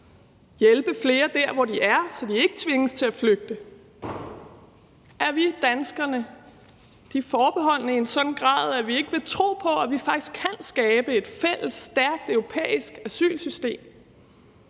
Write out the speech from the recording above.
hjælpe flere der, hvor de er, så de ikke tvinges til at flygte? Er vi, danskerne, de forbeholdne i en sådan grad, at vi ikke vil tro på, at vi faktisk kan skabe et fælles stærkt europæisk asylsystem?